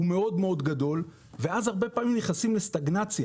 הוא מאוד מאוד גדול ואז הרבה פעמים נכנסים לסטגנציה.